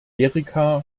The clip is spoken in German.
erika